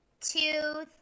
two